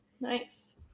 Nice